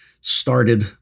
started